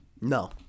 No